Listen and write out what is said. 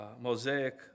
Mosaic